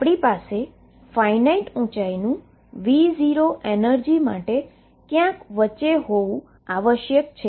આપણી પાસે ફાઈનાઈટ ઉંચાઈનું V0 એનર્જી માટે ક્યાંક વચ્ચે હોવું આવશ્યક છે